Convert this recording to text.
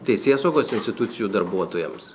teisėsaugos institucijų darbuotojams